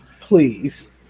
please